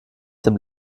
dem